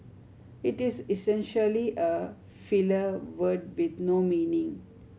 it is essentially a filler word with no meaning